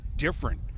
different